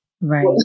Right